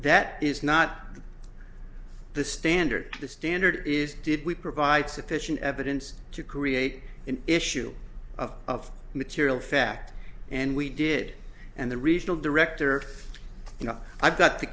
that is not the standard the standard is did we provide sufficient evidence to create an issue of material fact and we did and the regional director you know i've got the